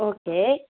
okay